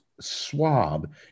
swab